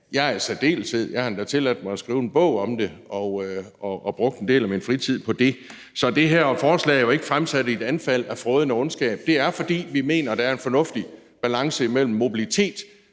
jeg i særdeleshed, jeg har endda tilladt mig at skrive en bog om det og brugt en del af min fritid på det. Så det her forslag er jo ikke fremsat i et anfald af frådende ondskab. Det er fremsat, fordi vi mener, der er en fornuftig balance imellem